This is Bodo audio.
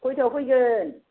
कयतायाव फैगोन